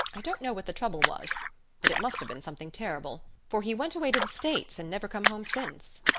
i don't know what the trouble was but it must have been something terrible, for he went away to the states and never come home since.